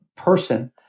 person